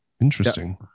Interesting